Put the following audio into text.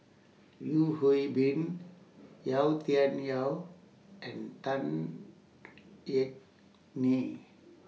Yeo Hwee Bin Yau Tian Yau and Tan Yeok Nee